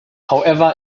however